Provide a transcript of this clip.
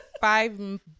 Five